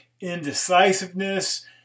indecisiveness